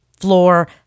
floor